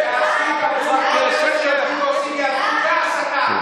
בת שנה וקצת.